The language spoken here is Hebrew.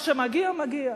מה שמגיע, מגיע.